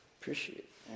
Appreciate